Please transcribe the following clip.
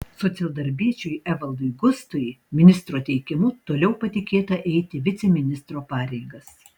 socialdarbiečiui evaldui gustui ministro teikimu toliau patikėta eiti viceministro pareigas